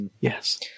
Yes